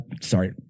sorry